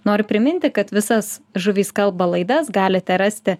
noriu priminti kad visas žuvys kalba laidas galite rasti